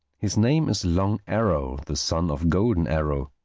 his name is long arrow, the son of golden arrow.